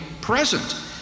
present